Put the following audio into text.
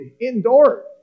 indoors